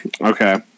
Okay